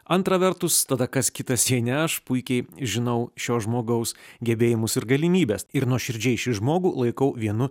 antra vertus tada kas kitas jei ne aš puikiai žinau šio žmogaus gebėjimus ir galimybes ir nuoširdžiai šį žmogų laikau vienu